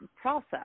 process